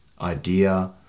idea